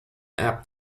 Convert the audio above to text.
apt